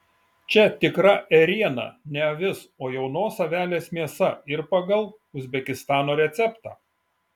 čia tikra ėriena ne avis o jaunos avelės mėsa ir pagal uzbekistano receptą